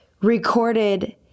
recorded